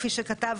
כפי שכתב